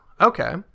okay